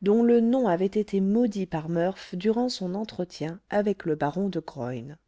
dont le nom avait été maudit par murph durant son entretien avec le baron de graün